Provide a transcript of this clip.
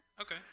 Okay